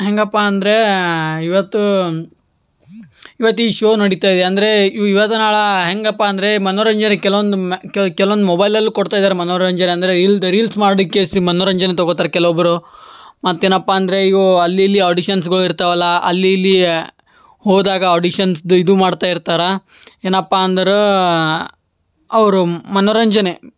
ಹೇಗಪ್ಪ ಅಂದರೆ ಇವತ್ತು ಇವತ್ತು ಈ ಶೋ ನಡಿತಾ ಇದೆ ಅಂದರೆ ಹೇಗಪ್ಪ ಅಂದರೆ ಮನೋರಂಜನೆ ಕೆಲ್ವೊಂದು ಮ್ಯ ಕೆಲ್ವೊಂದು ಮೊಬೈಲಲ್ಲೂ ಕೊಡ್ತಾ ಇದಾರೆ ಮನೋರಂಜನೆ ಅಂದರೆ ಇಲ್ಲಿ ರೀಲ್ಸ್ ಮಾಡಿಕ್ಕೇಸಿ ಮನೋರಂಜನೆ ತಗೊತಾರೆ ಕೆಲವೊಬ್ಬರು ಮತ್ತೇನಪ್ಪ ಅಂದರೆ ಇವು ಅಲ್ಲಿ ಇಲ್ಲಿ ಆಡಿಷನ್ಸ್ಗಳು ಇರ್ತವಲ್ಲ ಅಲ್ಲಿ ಇಲ್ಲಿ ಹೋದಾಗ ಆಡಿಷನ್ಸ್ದು ಇದು ಮಾಡ್ತಾ ಇರ್ತಾರ ಏನಪ್ಪ ಅಂದ್ರೆ ಅವರು ಮನೋರಂಜನೆ